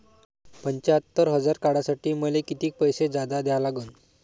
पंच्यात्तर हजार काढासाठी मले कितीक पैसे जादा द्या लागन?